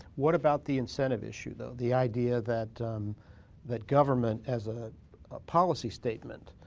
what about the incentive issue, though, the idea that that government as a policy statement